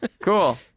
Cool